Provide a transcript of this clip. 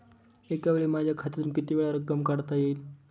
एकावेळी माझ्या खात्यातून कितीवेळा रक्कम काढता येईल?